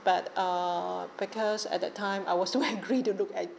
but uh because at that time I was so angry to look at